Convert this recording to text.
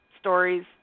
stories